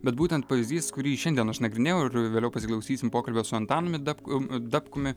bet būtent pavyzdys kurį šiandien aš nagrinėjau ir vėliau pasiklausysim pokalbio su antanumi dapkum dapkumi